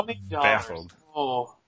baffled